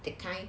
that kind